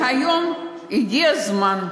והיום הגיע הזמן,